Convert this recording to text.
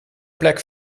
plek